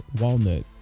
walnut